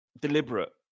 deliberate